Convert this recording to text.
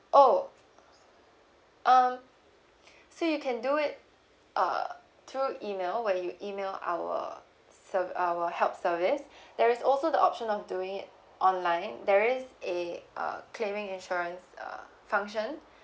oh um so you can do it uh through email when you email our ser~ our help service there is also the option of doing it online there is a uh claiming insurance uh function